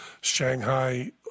Shanghai